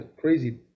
crazy